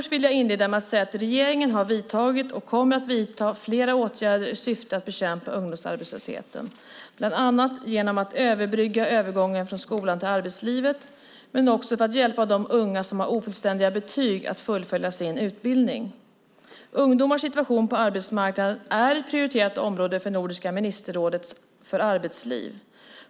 Jag vill inleda med att säga att regeringen har vidtagit och kommer att vidta flera åtgärder i syfte att bekämpa ungdomsarbetslösheten, bland annat genom att överbrygga övergången från skolan till arbetslivet, men också för att hjälpa de unga som har ofullständiga betyg att fullfölja sin utbildning. Ungdomars situation på arbetsmarknaden är ett prioriterat område för Nordiska ministerrådet för arbetsliv.